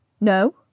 No